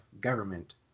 government